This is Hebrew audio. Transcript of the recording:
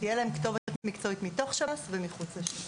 תהיה להן כתובת מקצועית מתוך שב"ס ומחוץ לשב"ס.